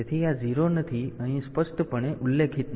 તેથી આ 0 નથી અહીં સ્પષ્ટપણે ઉલ્લેખિત નથી